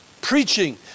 preaching